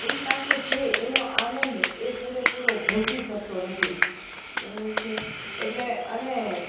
એની પાસે છે એનો આનંદ એ પૂરેપૂરો ભોગવી શકતો નથી બરોબર છે એટલે અને